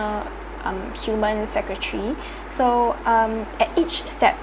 um human so um at each step